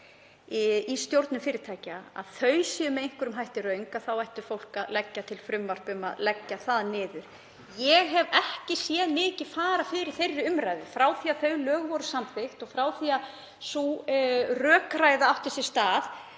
í stjórnum fyrirtækja séu með einhverjum hætti röng, þá ætti fólk að leggja fram frumvarp um að fella þau brott. Ég hef ekki séð mikið fara fyrir þeirri umræðu frá því að þau lög voru samþykkt og frá því að sú rökræða átti sér stað